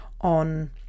on